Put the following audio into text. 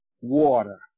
Water